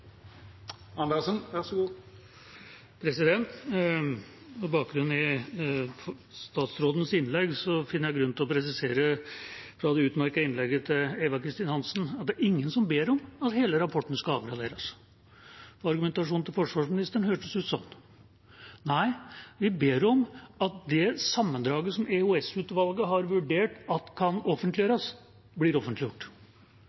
Med bakgrunn i statsrådens innlegg finner jeg grunn til å presisere fra det utmerkede innlegget til Eva Kristin Hansen at det er ingen som ber om at hele rapporten skal avgraderes. Argumentasjonen til forsvarsministeren hørtes sånn ut. Vi ber bare om at det sammendraget som EOS-utvalget har vurdert at kan